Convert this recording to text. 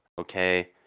okay